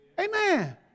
Amen